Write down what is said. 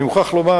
אני מוכרח לומר,